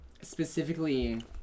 specifically